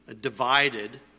divided